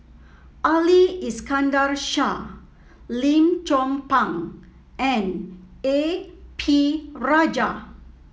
Ali Iskandar Shah Lim Chong Pang and A P Rajah